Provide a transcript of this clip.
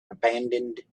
abandoned